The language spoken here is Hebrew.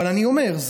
אבל אני אומר,